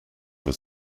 was